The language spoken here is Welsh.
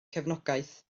cefnogaeth